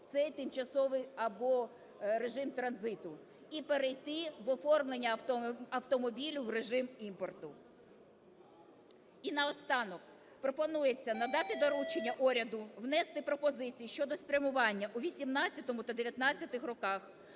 цей тимчасовий, або режим транзиту, і перейти в оформлення автомобіля в режим імпорту. І наостанок. Пропонується надати доручення уряду внести пропозицію щодо спрямування у 2018 та 2019 роках